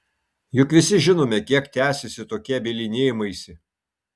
juk visi žinome kiek tęsiasi tokie bylinėjimaisi